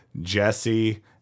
Jesse